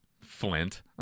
Flint